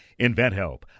InventHelp